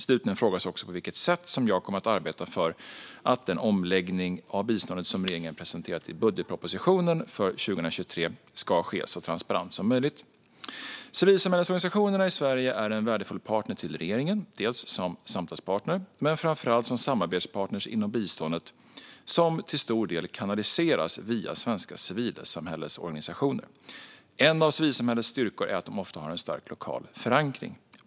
Slutligen frågas också på vilket sätt jag kommer att arbeta för att den omläggning av biståndet som regeringen presenterat i budgetpropositionen för 2023 ska ske så transparent som möjligt. Civilsamhällesorganisationerna i Sverige är en värdefull partner till regeringen dels som samtalspartner, dels och framför allt som samarbetspartner inom biståndet, som till stor del kanaliseras via svenska civilsamhällesorganisationer. En av civilsamhällets styrkor är att de ofta har en stark lokal förankring.